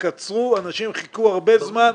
קצרו את התקופה כי אנשים חיכו הרבה זמן.